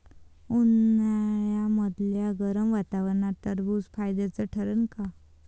उन्हाळ्यामदल्या गरम वातावरनात टरबुज फायद्याचं ठरन का?